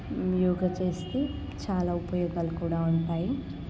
యోగా చేస్తే చాలా ఉపయోగాలు కూడా ఉంటాయి